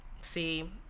See